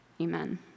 amen